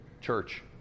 church